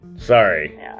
Sorry